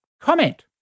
comment